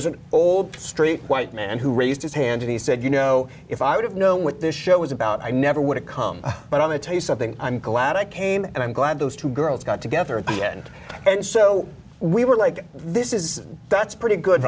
was an old straight white man who raised his hand and he said you know if i would have known what this show was about i never would have come but i'm a tell you something i'm glad i came and i'm glad those two girls got together at the end and so we were like this is that's pretty good